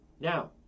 now